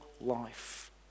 life